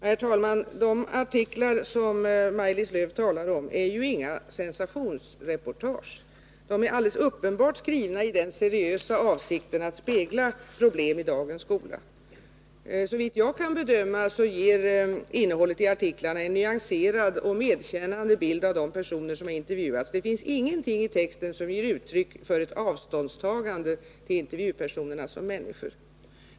Herr talman! De artiklar som Maj-Lis Lööw talar om är ju inga sensationsrepotage. De är alldeles uppenbart skrivna i den seriösa avsikten att spegla problem i dagens skola. Såvitt jag kan bedöma ger innehållet i artiklarna en nyanserad och medkännande bild av de personer som har intervjuats. Det finns ingenting i texten som ger uttryck för ett avståndstagande till intervjupersonerna som människor.